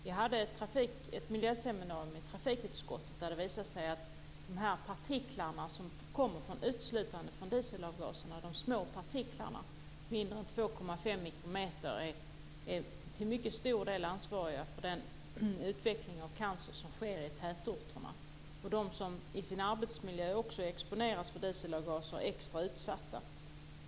Vi hade ett miljöseminarium i trafikutskottet, där det visade sig att de små partiklar som uteslutande kommer från dieselavgaserna - mindre än 2,5 mikrometer - till mycket stor del är ansvariga för den utveckling av cancer som sker i tätorterna. De som i sin arbetsmiljö också exponeras för dieselavgaser är extra utsatta.